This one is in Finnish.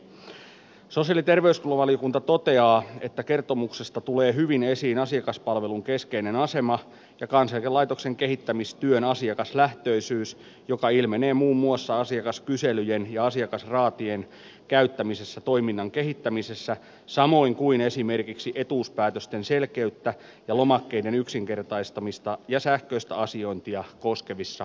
sosiaali ja terveysvaliokunta toteaa että kertomuksesta tulee hyvin esiin asiakaspalvelun keskeinen asema ja kansaneläkelaitoksen kehittämistyön asiakaslähtöisyys joka ilmenee muun muassa asiakaskyselyjen ja asiakasraatien käyttämisessä toiminnan kehittämisessä samoin kuin esimerkiksi etuuspäätösten selkeyttä ja lomakkeiden yksinkertaistamista ja sähköistä asiointia koskevissa hankkeissa